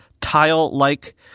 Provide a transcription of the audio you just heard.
tile-like